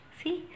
see